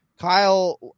Kyle